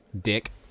Dick